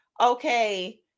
okay